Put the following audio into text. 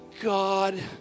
God